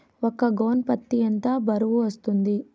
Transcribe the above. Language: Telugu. ఒక గోనె పత్తి ఎంత బరువు వస్తుంది?